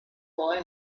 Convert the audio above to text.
boy